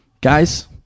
guys